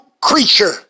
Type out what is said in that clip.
creature